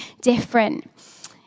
different